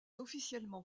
officiellement